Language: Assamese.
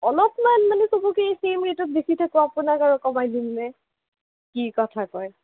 অলপমান মানে চবকে চেম ৰেটত বেচি থাকোঁ আপোনাকো আৰু কমাই দিম নে কি কথা কয়